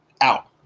out